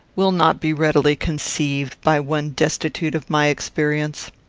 will not be readily conceived by one destitute of my experience.